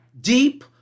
deep